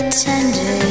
tender